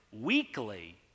weekly